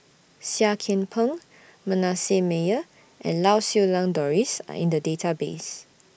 Seah Kian Peng Manasseh Meyer and Lau Siew Lang Doris Are in The Database